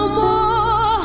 more